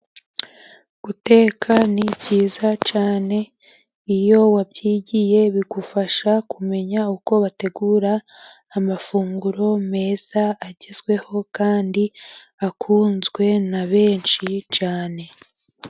Guteka ni byiza cyane, iyo wabyigiye bigufasha kumenya uko bategura amafunguro meza agezweho kandi akunzwe na benshi cyane.